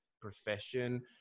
profession